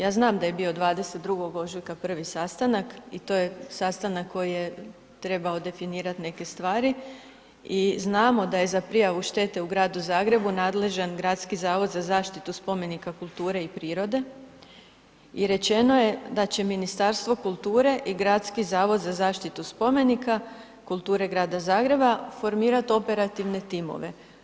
Ja znam da je bio 22. ožujka prvi sastanak i to je sastanak koji je trebao definirati neke stvari i znamo da je za prijavu štete u Gradu Zagrebu nadležan Gradski zavod za zaštitu spomenika kulture i prirode i rečeno je da će Ministarstvo kulture i Gradski zavod za zaštitu spomenika kulture Grada Zagreba formirat operativne timove.